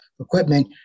equipment